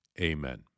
Amen